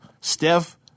Steph